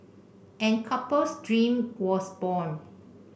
and couple's dream was born